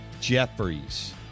Jeffries